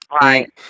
Right